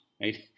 Right